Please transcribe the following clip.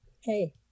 Hey